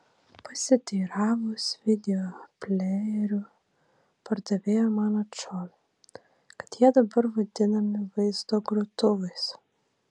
pasiteiravus videoplejerių pardavėja man atšovė kad jie dabar vadinami vaizdo grotuvais